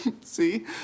See